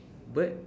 bird